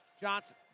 Johnson